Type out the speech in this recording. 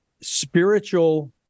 spiritual